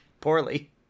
Poorly